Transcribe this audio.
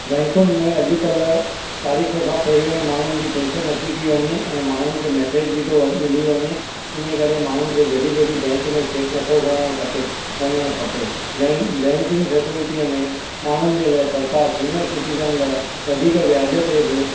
बैंकुनि में अॼुकल्ह तारीख़ खां पहिरियों ई माण्हुनि जी पेंशन अची थी वञे ऐं माण्हुनि खे मैसेज बि थो मिली वञे हिन करे माण्हुनि खे घड़ी घड़ी बैंक में चैक नथो करण खपे वञणु खपे बैंक बैंकिंग फैसिलिटीअ में माण्हुनि जे लाइ सरकार सीनियर सिटीज़न लाइ वधीक व्याज ते बि